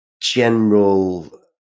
general